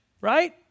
right